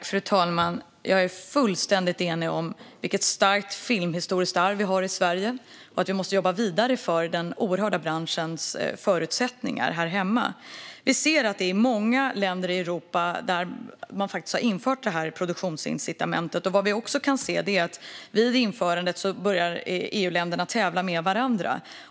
Fru talman! Jag håller fullständigt med om vilket starkt filmhistoriskt arv vi har i Sverige och om att vi måste jobba vidare för denna branschs förutsättningar här hemma. Vi ser att man i många länder i Europa har infört detta produktionsincitament. Vad vi också kan se är att EU-länderna vid införandet börjar tävla med varandra.